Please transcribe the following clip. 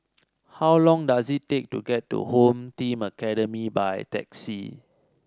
how long does it take to get to Home Team Academy by taxi